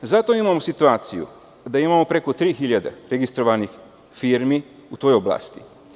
Zato imamo situaciju da imamo preko 3000 registrovanih firmi u toj oblasti.